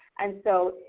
and so,